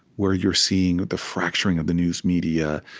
where you're seeing the fracturing of the news media,